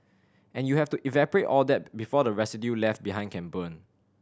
and you have to evaporate all that before the residue left behind can burn